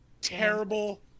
Terrible